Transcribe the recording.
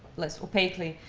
less opaquely,